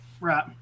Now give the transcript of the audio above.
Right